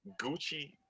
gucci